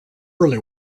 early